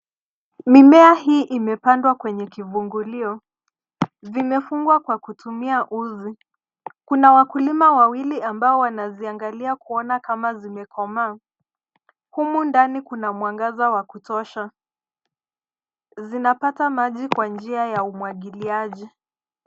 Mimea hii imepandwa kwenye kivungulio, vimefungwa kwa kutumia uzi. Kuna wakulima wawili ambao wanazingilia kuona kama zimekomaa, humu ndani kuna mwangaza wa kutosha. Zinapata maji kwa njia ya umwagiliaji.